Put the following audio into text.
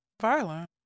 violent